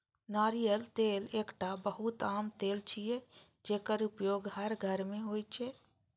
नारियल तेल एकटा बहुत आम तेल छियै, जेकर उपयोग हर घर मे होइ छै